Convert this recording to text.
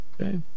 Okay